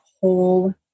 whole